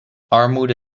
armoede